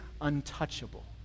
untouchable